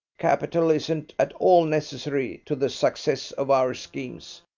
capital isn't at all necessary to the success of our schemes.